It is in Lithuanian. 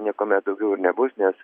niekuomet daugiau ir nebus nes